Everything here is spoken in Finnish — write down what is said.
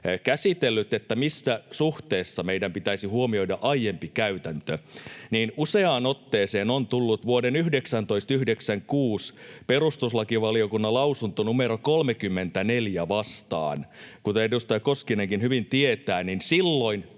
käsitellyt, että missä suhteessa meidän pitäisi huomioida aiempi käytäntö, niin useaan otteeseen on tullut vuoden 1996 perustuslakivaliokunnan lausunto numero 34 vastaan. Kuten edustaja Koskinenkin hyvin tietää, niin silloin